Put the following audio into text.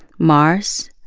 mars,